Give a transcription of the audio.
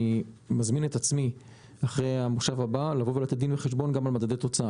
אני מזמין את עצמי אחרי המושב הבא לתת דין וחשבון גם על מדדי תוצאה.